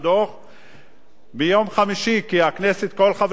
ביום חמישי, כי כל חברי הכנסת נמצאים כאן,